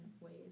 ways